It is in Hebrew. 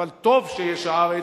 אבל טוב שיש "הארץ".